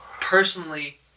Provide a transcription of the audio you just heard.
personally